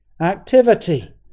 activity